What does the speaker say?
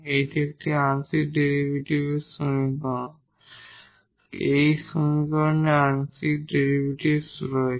এটি একটি আংশিক ডিফারেনশিয়াল সমীকরণ এই সমীকরণে আমাদের আংশিক ডেরিভেটিভ রয়েছে